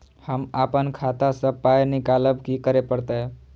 हम आपन खाता स पाय निकालब की करे परतै?